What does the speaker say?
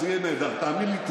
זה יהיה נהדר, תאמין לי.